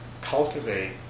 cultivate